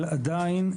אבל עדיין,